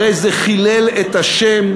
הרי זה חילל את השם,